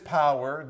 power